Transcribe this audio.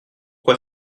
quoi